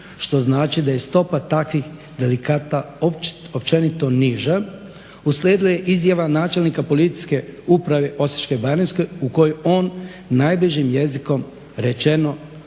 što znači da je stopa takvih delikata općenito niža uslijedila je izjava načelnika Policijske uprave Osječko-baranjske u kojoj on najblažim jezikom rečeno